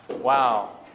wow